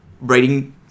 writing